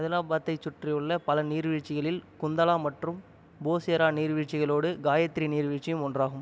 அதிலாபாத்தைச் சுற்றியுள்ள பல நீர்வீழ்ச்சிகளில் குந்தலா மற்றும் போசேரா நீர்வீழ்ச்சிகளோடு காயத்ரி நீர்வீழ்ச்சியும் ஒன்றாகும்